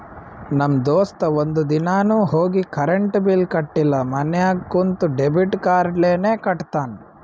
ನಮ್ ದೋಸ್ತ ಒಂದ್ ದಿನಾನು ಹೋಗಿ ಕರೆಂಟ್ ಬಿಲ್ ಕಟ್ಟಿಲ ಮನ್ಯಾಗ ಕುಂತ ಡೆಬಿಟ್ ಕಾರ್ಡ್ಲೇನೆ ಕಟ್ಟತ್ತಾನ್